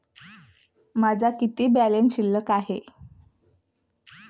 माझा किती बॅलन्स शिल्लक आहे?